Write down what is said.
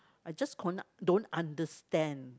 I just con~ don't understand